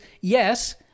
yes